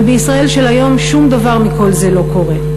אבל בישראל של היום שום דבר מכל זה לא קורה.